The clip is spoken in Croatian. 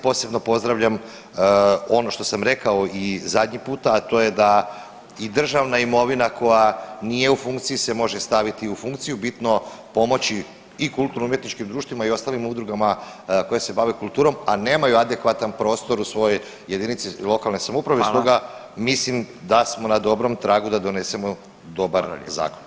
Posebno pozdravljam ono što sam rekao i zadnji puta, a to je da i državna imovina koja nije u funkciji se može staviti u funkciju bitno pomoći i kulturno umjetničkim društvima i ostalim udrugama koje se bave kulturom, a nemaju adekvatan prostor u svojoj jedinici lokalne samouprave [[Upadica Radin: Hvala.]] Stoga mislim da smo na dobrom tragu da donesemo dobar zakon.